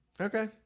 okay